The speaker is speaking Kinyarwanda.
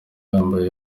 yambaye